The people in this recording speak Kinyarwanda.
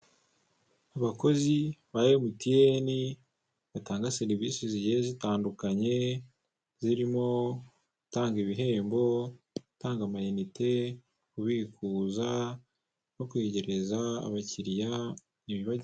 Abakozi ba MTN, batanga serivisi zigiye zitandukanye, zirimo gutanga ibihembo, gutanga amayinite, kubikuza no kwegereza abakiriya.